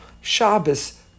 Shabbos